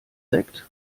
sekt